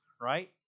right